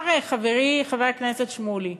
אמר חברי חבר הכנסת שמולי,